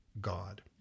god